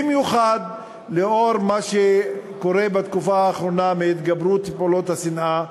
במיוחד לאור מה שקורה בתקופה האחרונה בהתגברות פעולות השנאה.